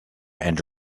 and